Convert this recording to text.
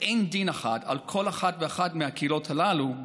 ואין דין אחד לכל אחת מהקהילות הללו,